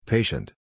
Patient